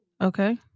Okay